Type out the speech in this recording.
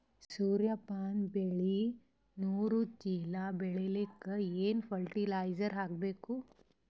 ಸೂರ್ಯಪಾನ ಬೆಳಿ ನೂರು ಚೀಳ ಬೆಳೆಲಿಕ ಏನ ಫರಟಿಲೈಜರ ಹಾಕಬೇಕು?